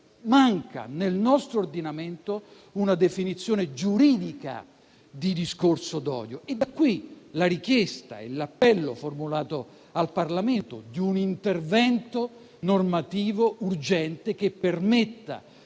manca, nel nostro ordinamento, una definizione giuridica di discorso d'odio. Da qui la richiesta e l'appello formulato al Parlamento di un intervento normativo urgente, che permetta